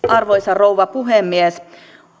arvoisa rouva puhemies